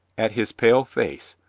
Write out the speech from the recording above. at his pale face,